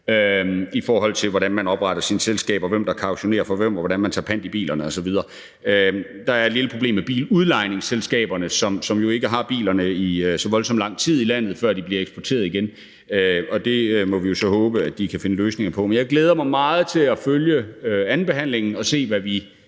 i forhold til hvordan man opretter sine selskaber, hvem der kautionerer for hvem, og hvordan man tager pant i bilerne osv. Der er et lille problem med biludlejningsselskaberne, som jo ikke har bilerne i så voldsom lang tid i landet, før de bliver eksporteret igen, og det må vi så håbe at de kan finde løsninger på. Men jeg glæder mig meget til at følge andenbehandlingen og se, hvad vi